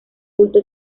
culto